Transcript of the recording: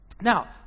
Now